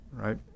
right